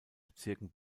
bezirken